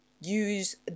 use